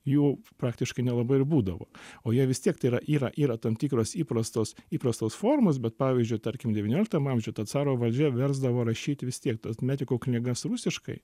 jų praktiškai nelabai ir būdavo o jie vis tiek tai yra yra yra tam tikros įprastos įprastos formos bet pavyzdžiui tarkim devynioliktam amžiuj ta caro valdžia versdavo rašyti vis tiek tas metrikų knygas rusiškai